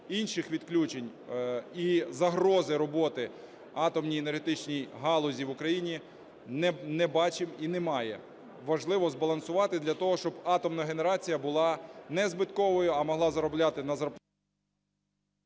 Інших відключень і загрози роботи атомній енергетичній галузі в Україні не бачимо і немає. Важливо збалансувати для того, щоб атомна генерація була не збитковою, а могла заробляти… ГОЛОВУЮЧИЙ.